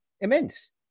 immense